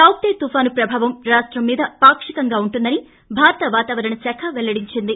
ప్రతికే తుఫాను ప్రభావం రాష్టం మీద పాక్షికంగా ఉంటుందని భారత వాతావరణ శాఖ పెల్లడించింది